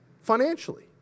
financially